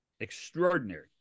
Extraordinary